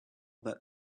that